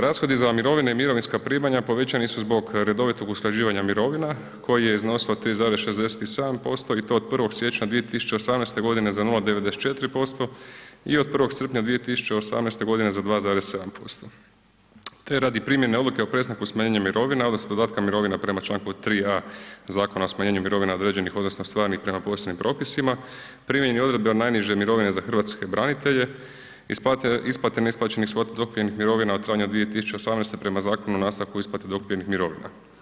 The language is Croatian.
Rashodi za mirovine i mirovinska primanja povećani su zbog redovitog usklađivanja mirovina koji je iznosilo 3,67% i to od 1. siječnja 2018.g. za 0,94% i od 1. srpnja 2018.g. za 2,7%, te radi primjene odluke o prestanku smanjenja mirovina odnosno dodatka mirovina prema čl. 3a. Zakona o smanjenju mirovina određenih odnosno stvarnih prema posebnim propisima, primjeni odredbe o najnižoj mirovini za hrvatske branitelje, isplate, isplati neisplaćenih svoti dokupljenih mirovina u trajanju do 2018.g. prema Zakonu o nastavku isplate dokupljenih mirovina.